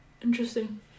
Interesting